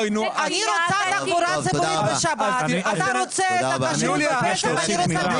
אתה רוצה את הכשרות בפסח ואני רוצה תחבורה ציבורית בשבת.